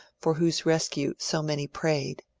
for whose rescue so many prayed.